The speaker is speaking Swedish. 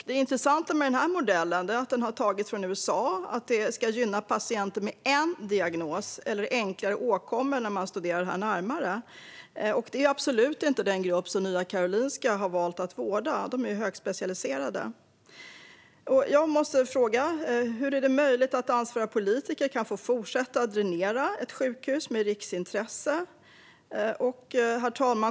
Det intressanta med modellen är att den har tagits från USA, och när man studerar detta närmare ser man att den ska gynna patienter med en diagnos eller enklare åkommor. Det är absolut inte den grupp som Nya Karolinska har valt att vårda, utan där är man högspecialiserad. Jag måste fråga hur det är möjligt att ansvariga politiker kan få fortsätta dränera ett sjukhus med riksintresse.